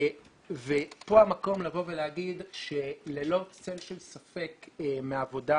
כאן המקום לומר שללא צל של ספק מהעבודה,